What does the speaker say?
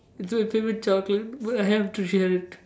it's my favourite chocolate but I have to share it